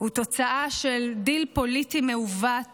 הוא תוצאה של דיל פוליטי מעוות